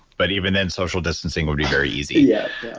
but even then social distancing would be very easy. yeah